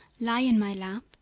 lie in my lap